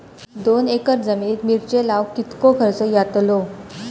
दोन एकर जमिनीत मिरचे लाऊक कितको खर्च यातलो?